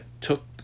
took